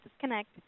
disconnect